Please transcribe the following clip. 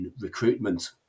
recruitment